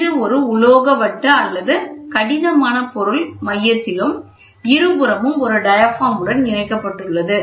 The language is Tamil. இது ஒரு உலோக வட்டு அல்லது கடினமான பொருள் மையத்திலும் இருபுறமும் ஒரு டயாபிராம் உடனும் இணைக்கப்பட்டுள்ளது